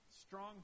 strong